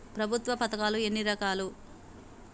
ప్రభుత్వ పథకాలు ఎన్ని రకాలు?